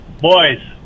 Boys